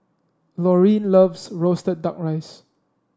Laureen loves roasted duck rice